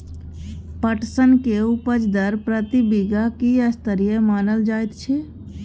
पटसन के उपज दर प्रति बीघा की स्तरीय मानल जायत छै?